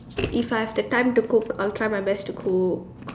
if I have the time to cook I'll try my best to cook